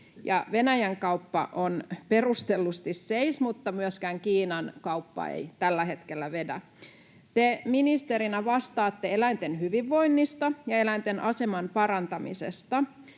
Venäjän-kauppa on perustellusti seis, mutta myöskään Kiinan-kauppa ei tällä hetkellä vedä. Te ministerinä vastaatte eläinten hyvinvoinnista ja eläinten aseman parantamisesta,